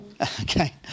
Okay